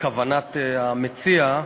כוונת המציע.